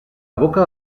evoca